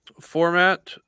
Format